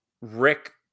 Rick